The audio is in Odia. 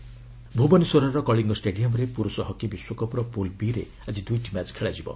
ହକି ଭୁବନେଶ୍ୱରର କଳିଙ୍ଗ ଷ୍ଟାଡିୟମ୍ରେ ପୁରୁଷ ହକି ବିଶ୍ୱକପ୍ର ପୁଲ୍ ବି ରେ ଆଜି ଦୁଇଟି ମ୍ୟାଚ୍ ଖେଳାଯିବ